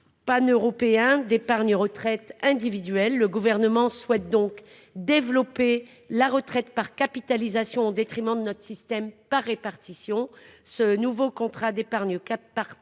Paneuropéen d'épargne-retraite individuel. Le gouvernement souhaite donc développer la retraite par capitalisation au détriment de notre système par répartition. Ce nouveau contrat d'épargne par